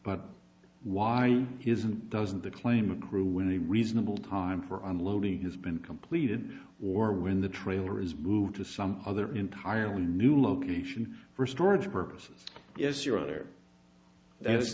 but why isn't doesn't the claim accrue when a reasonable time for unloading has been completed or when the trailer is moved to some other entirely new location for storage purposes is your other that is